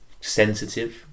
sensitive